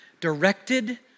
directed